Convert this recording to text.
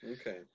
Okay